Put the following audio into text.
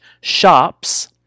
shops